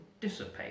dissipate